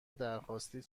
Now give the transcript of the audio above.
درخواستی